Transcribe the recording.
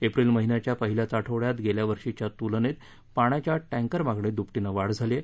April महिन्याच्या पहिल्याच आठवड्यात गत वर्षीच्या तुलनेत पाण्याच्या टँकर मागणीत दुपटीनं वाढ झाली आहे